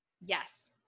Yes